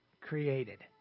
created